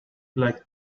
like